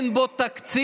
אין בו תקציב,